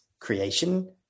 creation